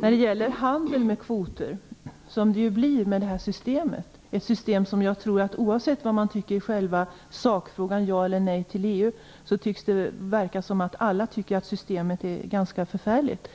Fru talman! Det här systemet kommer att medföra en handel med kvoter, och oavsett åsikt i själva sakfrågan - ja eller nej till EU - tycks alla anse att systemet är ganska förfärligt.